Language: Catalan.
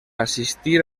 assistir